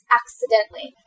accidentally